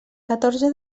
catorze